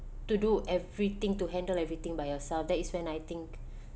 to do everything to handle everything by yourself that is when I think